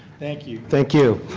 thank you. thank you.